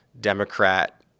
Democrat